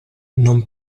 non